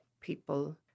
people